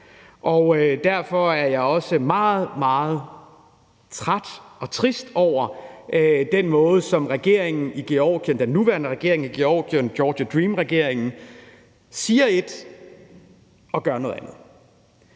Derfor er jeg også meget, meget træt og trist over den måde, som den nuværende regering i Georgien – Georgia Dream-regeringen – siger ét og gør noget andet.